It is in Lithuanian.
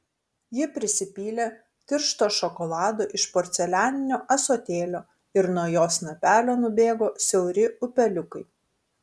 ji prisipylė tiršto šokolado iš porcelianinio ąsotėlio ir nuo jo snapelio nubėgo siauri upeliukai